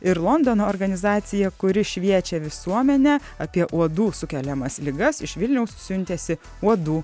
ir londono organizacija kuri šviečia visuomenę apie uodų sukeliamas ligas iš vilniaus siuntėsi uodų